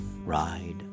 Ride